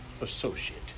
associate